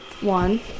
one